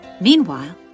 Meanwhile